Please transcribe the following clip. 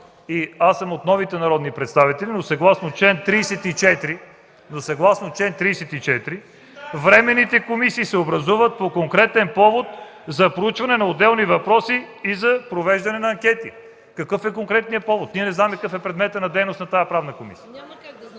Аз съм от новите народни представители, но съгласно чл. 34 временните комисии се образуват по конкретен повод за проучване на отделни въпроси и за провеждане на анкети. Какъв е конкретният повод? Ние не знаем какъв е предметът на дейност на тази Правна комисия.